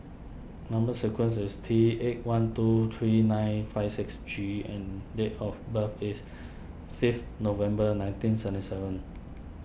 Number Sequence is T eight one two three nine five six G and date of birth is fifth November nineteen seventy seven